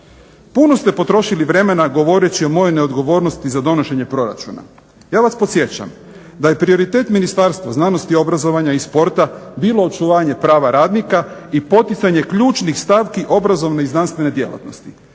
Puno ste potrošili vremena govoreći o mojoj neodgovornosti za donošenje proračuna. Ja vas podsjećam da je prioritet Ministarstva znanosti, obrazovanja i sporta bilo očuvanje prava radnika i poticanje ključnih stavki obrazovne i znanstvene djelatnosti.